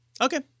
Okay